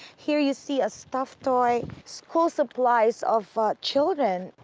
here you see a stuffed toy, school supplies of ah children.